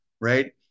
right